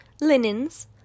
linens